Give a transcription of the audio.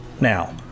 now